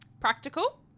Practical